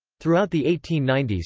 throughout the eighteen ninety s,